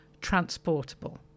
transportable